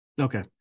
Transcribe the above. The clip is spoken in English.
Okay